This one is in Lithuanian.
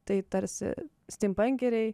tai tarsi stimpankeriai